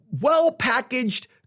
well-packaged